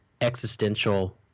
existential